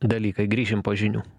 dalykai grįšim po žinių